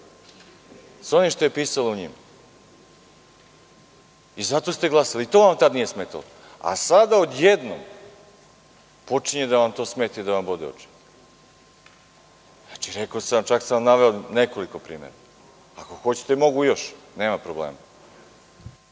sa onim što je pisalo u njima i za to ste glasali. To vam tada nije smetalo, a sada odjednom počinje da vam to smeta i da vam bode oči. Rekao sam, čak sam naveo nekoliko primera. Ako hoćete, mogu još, nema problema.